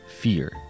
fear